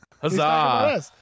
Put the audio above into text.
Huzzah